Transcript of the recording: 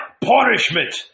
punishment